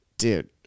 Dude